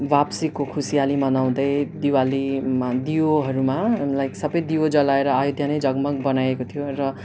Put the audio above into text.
वापसीको खुसियाली मनाउँदै दिवालीमा दियोहरूमा लाइक सबै दियो जलाएर अयोध्या नै जगमग बनाएको थियो र